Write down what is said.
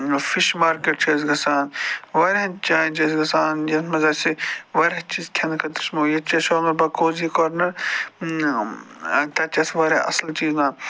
fish market چھِ أسۍ گژھان واریاہَن جایَن چھِ أسۍ گژھان یَتھ منٛز اَسہِ واریاہ چیٖز کھیٚنہٕ خٲطرٕ چھِ ییٚتہِ چھِ اَسہِ چلان بَکوزی کارنَر تَتہِ چھِ اَسہِ واریاہ اَصٕل چیٖز میلان